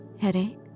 Headache